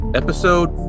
episode